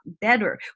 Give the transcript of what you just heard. better